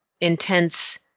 intense